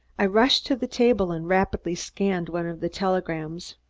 i rushed to the table and rapidly scanned one of the telegrams.